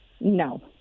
No